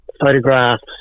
photographs